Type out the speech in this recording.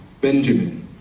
Benjamin